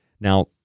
Now